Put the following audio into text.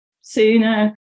sooner